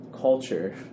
culture